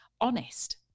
honest